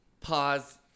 Pause